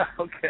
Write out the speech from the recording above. Okay